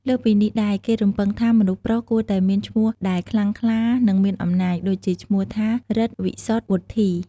លើសពីនេះដែរ គេរំពឹងថាមនុស្សប្រុសគួរតែមានឈ្មោះដែលខ្លាំងខ្លា និងមានអំណាច ដូចជាឈ្មោះថា រិទ្ធ វិសុទ្ធ វុទ្ធី។